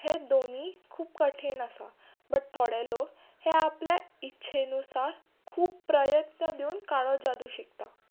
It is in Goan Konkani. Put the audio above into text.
हे दोनी खूब कठीण आसा बट थोडे लोक हें आपल्या इच्छेनुसार खूब प्रयत्न दिवन काळो जादू शिकता